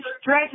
stretch